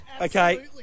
Okay